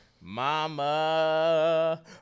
Mama